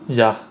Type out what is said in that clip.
ya